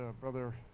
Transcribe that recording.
brother